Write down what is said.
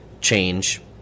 change